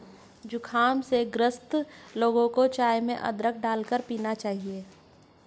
जुखाम से ग्रसित लोगों को चाय में अदरक डालकर पीना चाहिए